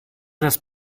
das